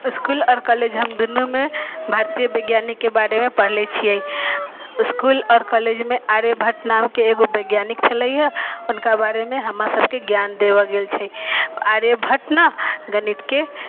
इसकुल आओर कॉलेज हम दुनूमे भारतीय वैज्ञानिकके बारेमे पढ़ले छिए इसकुल आओर कॉलेजमे आर्यभट्ट नामके एगो वैज्ञानिक छलैए हुनका बारेमे हमरासबके ज्ञान देबल गेल छै आर्यभट्ट ने गणितके